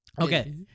okay